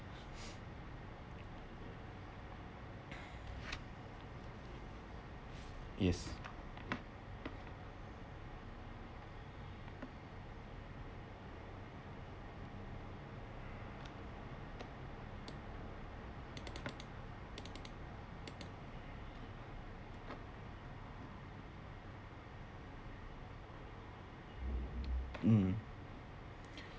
yes mm